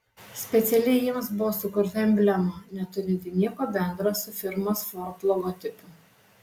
specialiai jiems buvo sukurta emblema neturinti nieko bendra su firmos ford logotipu